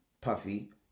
Puffy